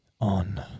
on